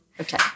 Okay